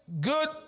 good